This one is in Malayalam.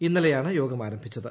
ഇന്നലെയാണ് യോഗം ആരംഭിച്ചത്